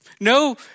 no